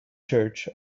church